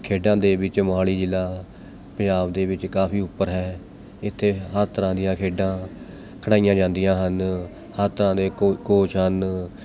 ਖੇਡਾਂ ਦੇ ਵਿੱਚ ਮੋਹਾਲੀ ਜ਼ਿਲ੍ਹਾ ਪੰਜਾਬ ਦੇ ਵਿੱਚ ਕਾਫ਼ੀ ਉੱਪਰ ਹੈ ਇੱਥੇ ਹਰ ਤਰ੍ਹਾਂ ਦੀਆਂ ਖੇਡਾਂ ਖਿਡਾਈਆਂ ਜਾਂਦੀਆਂ ਹਨ ਹਰ ਤਰ੍ਹਾਂ ਦੇ ਕੋ ਕੋਚ ਹਨ